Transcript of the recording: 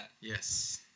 Yes